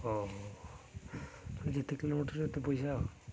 ଓହୋ ଯେତେ କିଲୋମିଟର ସେତେ ପଇସା